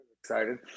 excited